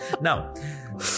Now